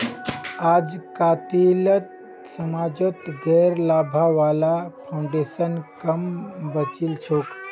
अजकालित समाजत गैर लाभा वाला फाउन्डेशन क म बचिल छोक